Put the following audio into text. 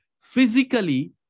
Physically